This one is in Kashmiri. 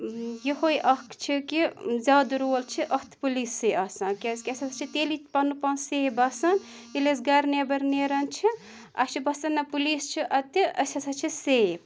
یِہوٚے اَکھ چھِ کہِ زیادٕ رول چھِ اَتھ پُلیٖس سٕے آسان کیٛازِکہِ اَسہِ ہَسا چھِ تیٚلی پَنُن پان سیف باسان ییٚلہِ أسۍ گَرٕ نٮ۪بَر نیران چھِ اَسہِ چھِ باسان نہ پُلیٖس چھِ اَتہِ اَسہِ ہَسا چھِ سیف